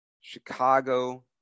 Chicago